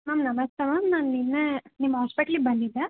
ma'am ನಮಸ್ತೆ ma'am ನಾನು ನಿನ್ನೆ ನಿಮ್ಮ ಹಾಸ್ಪೆಟ್ಲಿಗೆ ಬಂದಿದ್ದೆ